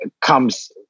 comes